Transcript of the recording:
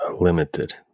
limited